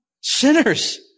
Sinners